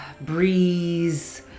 breeze